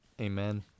Amen